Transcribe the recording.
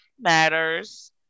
matters